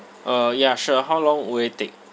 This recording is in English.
uh ya sure how long will it take